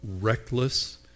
reckless